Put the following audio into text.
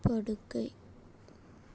படுக்கை